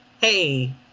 hey